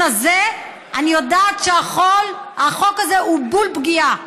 הזה אני יודעת שהחוק הזה הוא בול פגיעה.